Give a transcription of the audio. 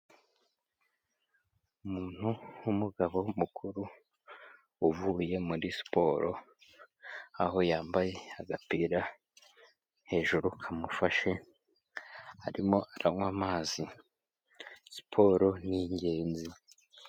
Umuntu w'umugabo mukuru uvuye muri siporo, aho yambaye agapira hejuru kamufashe, arimo aranywa amazi,, siporo ningenzi.